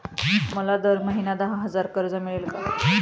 मला दर महिना दहा हजार कर्ज मिळेल का?